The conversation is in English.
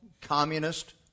communist